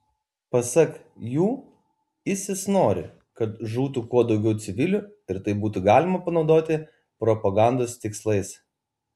pasak jų isis nori kad žūtų kuo daugiau civilių ir tai būtų galima panaudoti propagandos tikslais